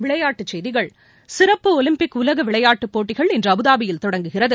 விளையாட்டுச் செய்திகள் சிறப்பு ஒலிம்பிக் உலகவிளையாட்டுப் போட்டிகள் இன்று அபுதாபியில் தொடங்குகிறது